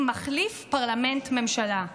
מחליף פרלמנט ממשלה,